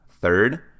Third